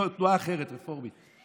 לא, תנועה אחרת, רפורמית.